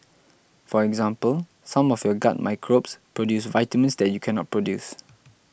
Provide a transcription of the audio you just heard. for example some of your gut microbes produce vitamins that you cannot produce